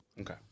Okay